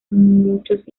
muchos